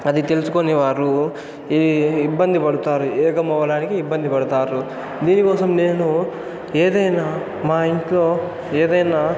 అది తెలుసుకోనివారు ఈ ఇబ్బంది పడతారు ఏకం అవ్వడానికి ఇబ్బంది పడతారు మీకోసం నేను ఏదైనా మా ఇంట్లో ఏదైనా